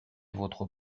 votre